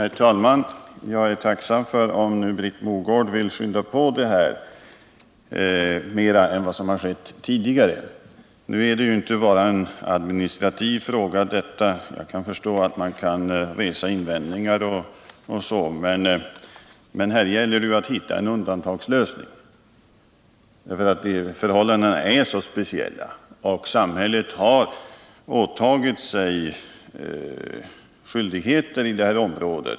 Herr talman! Jag är tacksam om Britt Mogård vill skynda på det här ärendet mer än vad som skett tidigare. Detta är inte bara en administrativ fråga. Jag kan förstå att det kan resas invändningar, men här gäller det att hitta en undantagslösning. Förhållandena är nämligen så speciella, och samhället har tagit på sig skyldigheter i det här området.